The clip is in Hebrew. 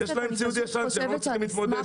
יש להם ציוד ישן שהם לא צריכים להתמודד איתו.